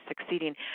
succeeding